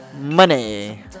Money